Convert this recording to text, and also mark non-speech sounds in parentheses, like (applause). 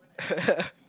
(laughs)